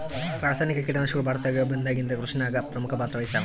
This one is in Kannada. ರಾಸಾಯನಿಕ ಕೀಟನಾಶಕಗಳು ಭಾರತದಾಗ ಬಂದಾಗಿಂದ ಕೃಷಿನಾಗ ಪ್ರಮುಖ ಪಾತ್ರ ವಹಿಸ್ಯಾವ